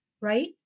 right